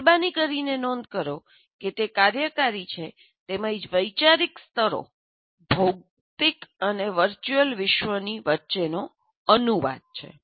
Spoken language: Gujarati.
મહેરબાની કરીને નોંધ કરો કે તે કાર્યકારી છે તેમજ વૈચારિક સ્તરો ભૌતિક અને વર્ચ્યુઅલ વિશ્વોની વચ્ચે અનુવાદ છે